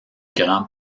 grand